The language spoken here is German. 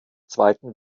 zweiten